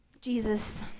Jesus